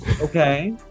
okay